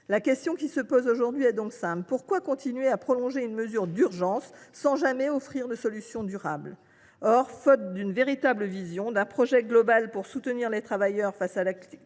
La question qui se pose aujourd’hui est donc simple : pourquoi continuer de prolonger une mesure d’urgence, sans jamais définir de solutions durables ? Faute d’une véritable vision, d’un projet global pour soutenir les travailleurs face à la